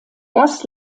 das